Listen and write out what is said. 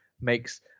makes